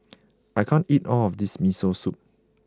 I can't eat all of this Miso Soup